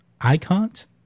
Icons